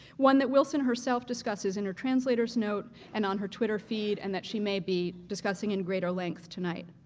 one that wilson herself discusses in her translator's note and on her twitter feed and that she may be discussing in greater length tonight.